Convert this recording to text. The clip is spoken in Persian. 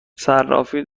صرافیها